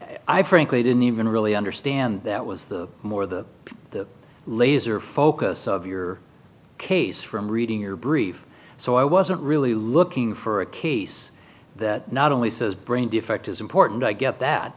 so i frankly didn't even really understand that was more the laser focus of your case from reading your brief so i wasn't really looking for a case that not only says brain defect is important i get that